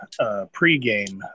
pregame